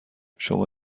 شما